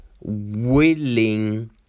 willing